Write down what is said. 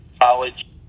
college